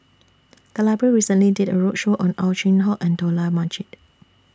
The Library recently did A roadshow on Ow Chin Hock and Dollah Majid